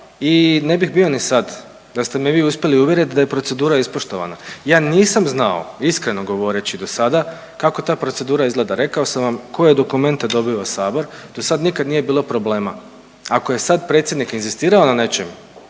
i ne bih bio ni sad da ste me vi uspjeli uvjeriti da je procedura ispoštovana. Ja nisam znao iskreno govoreći do sada kako ta procedura izgleda. Rekao sam vam koje dokumente dobiva Sabor, do sad nikad nije bilo problema. Ako je sad predsjednik inzistirao na nečemu